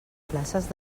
places